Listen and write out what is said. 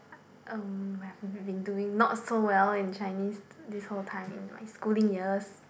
um I've been doing not so well in Chinese this whole time in my schooling years